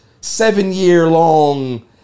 seven-year-long